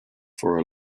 for